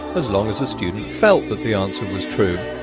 as long as the student felt that the answer was true.